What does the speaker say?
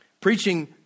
Preaching